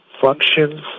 functions